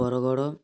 Bargarh